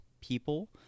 people